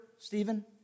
Stephen